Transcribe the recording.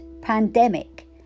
pandemic